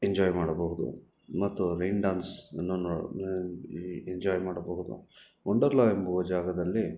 enjoy ಮಾಡಬಹುದು ಮತ್ತು rain dance enjoy ಮಾಡಬಹುದು ವಂಡರ್ಲಾ ಎಂಬುವ ಜಾಗದಲ್ಲಿ